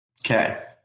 Okay